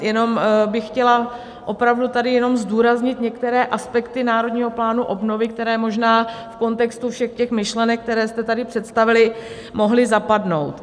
Jenom bych chtěla opravdu tady jenom zdůraznit některé aspekty Národního plánu obnovy, které možná v kontextu všech těch myšlenek, které jste tady představili, mohly zapadnout.